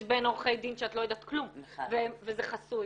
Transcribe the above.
בין עורכי דין שאת לא יודעת כלום וזה חסוי.